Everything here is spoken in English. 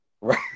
Right